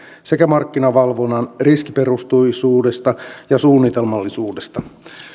sekä markkinavalvonnan riskiperusteisuudesta ja suunnitelmallisuudesta